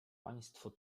państwo